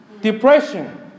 depression